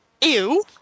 Ew